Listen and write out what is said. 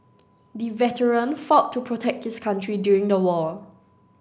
the veteran fought to protect his country during the war